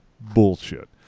Bullshit